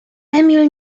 emil